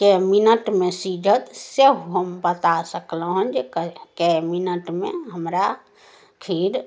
कै मिनटमे सिझत से हम बता सकलहुँ हँ जे कै मिनटमे हमरा खीर